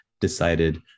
decided